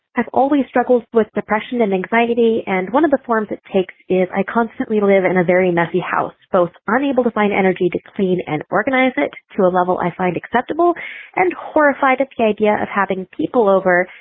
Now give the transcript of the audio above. i've always struggled with depression and anxiety. and one of the forms it takes is i constantly live in a very messy house. both aren't able to find energy to clean and organize it to a level i find acceptable and horrified at the idea of having people over,